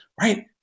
Right